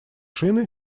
шины